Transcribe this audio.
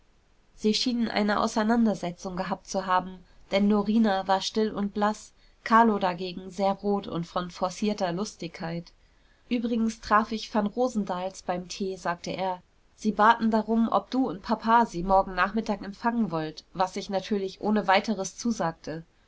sie schienen eine auseinandersetzung gehabt zu haben denn norina war still und blaß carlo dagegen sehr rot und von forcierter lustigkeit übrigens traf ich vanrosendahls beim tee sagte er sie baten darum ob du und papa sie morgen nachmittag empfangen wollt was ich natürlich ohne weiteres zusagte